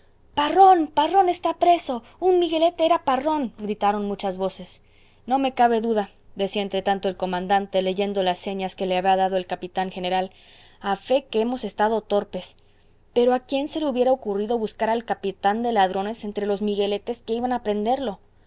parrón parrón está preso un miguelete era parrón gritaron muchas voces no me cabe duda decía entretanto el comandante leyendo las señas que le había dado el capitán general a fe que hemos estado torpes pero a quién se le hubiera ocurrido buscar al capitán de ladrones entre los migueletes que iban a prenderlo